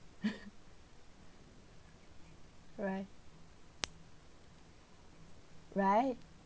right right